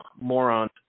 Moron